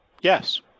yes